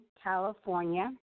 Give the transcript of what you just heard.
California